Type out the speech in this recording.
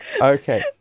Okay